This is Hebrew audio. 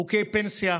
חוקי פנסיה,